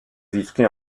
vitry